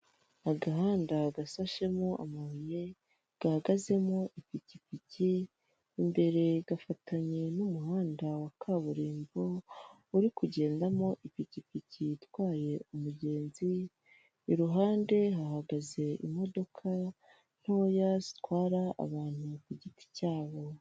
Agahanda gasashemo amabuye gahagazemo ipikipiki, imbere gafatanye n'umuhanda wa kaburimbo, uri kugendamo ipikipiki itwaye umugenzi, iruhande hahagaze imodoka ntoya zitwara abantu ku giti cyabo.